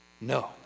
no